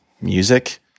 music